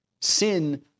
Sin